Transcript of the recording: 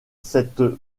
cette